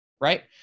right